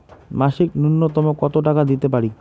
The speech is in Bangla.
মাসিক নূন্যতম কত টাকা দিতে পারি?